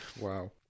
Wow